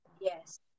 Yes